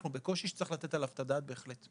אנחנו בקושי שצריך לתת עליו את הדעת בהחלט.